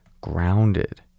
grounded